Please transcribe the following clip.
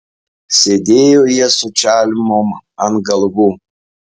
sėdėjo jie su čalmom ant galvų